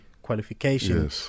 qualification